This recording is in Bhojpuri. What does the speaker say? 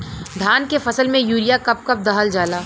धान के फसल में यूरिया कब कब दहल जाला?